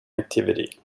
activity